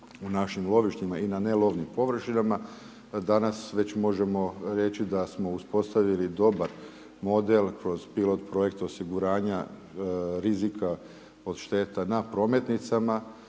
u našim lovištima i na ne lovnim površinama, danas već možemo reći da smo uspostavili dobar model kroz pilot projekt osiguranja rizika od šteta na prometnicama